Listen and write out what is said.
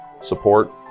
support